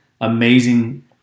amazing